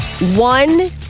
One